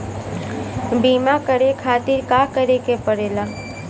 बीमा करे खातिर का करे के पड़ेला?